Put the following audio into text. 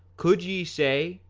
could ye say,